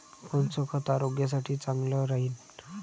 कोनचं खत आरोग्यासाठी चांगलं राहीन?